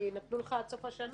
כי נתנו לך עד סוף השנה.